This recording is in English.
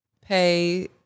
pay